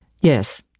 Yes